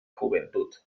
juventud